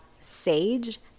sage